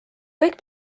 kõik